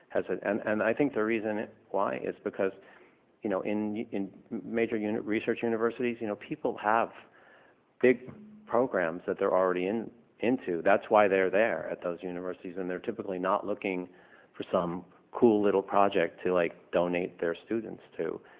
has and and i think the reason why is because you know in in major you know research universities, you know people have big programs that they're already into. that's why they're there at those universities and they're typically not looking for some cool little project to like donate their students to.